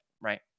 right